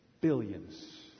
Billions